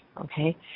okay